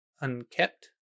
unkept